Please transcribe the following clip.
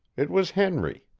it was henry.